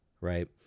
right